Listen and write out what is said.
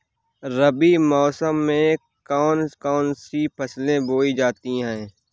रबी मौसम में कौन कौन सी फसलें बोई जाती हैं?